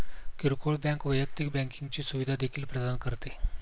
किरकोळ बँक वैयक्तिक बँकिंगची सुविधा देखील प्रदान करते